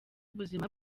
ubuzima